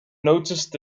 noticed